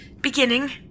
beginning